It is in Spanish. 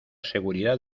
seguridad